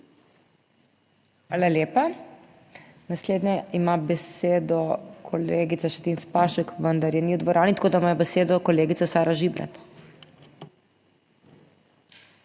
Hvala lepa. Naslednja ima besedo kolegica Šetinc Pašek, vendar je ni v dvorani, tako da ima besedo kolegica Sara Žibret.